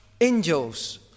angels